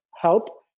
help